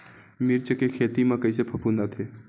मिर्च के खेती म कइसे फफूंद आथे?